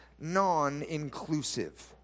non-inclusive